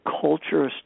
culture